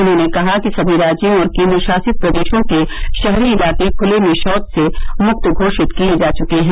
उन्होंने कहा कि सभी राज्यों और केन्द्र शासित प्रदेशों के शहरी इलाके खुले में शौच से मुक्त घोषित किये जा चुके हैं